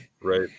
Right